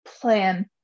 plan